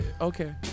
Okay